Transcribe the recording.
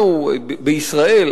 בישראל,